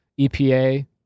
EPA